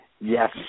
yes